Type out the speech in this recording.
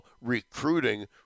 recruiting